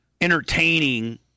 entertaining